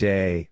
Day